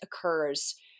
occurs